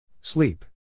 Sleep